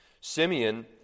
Simeon